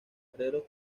herreros